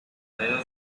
dedos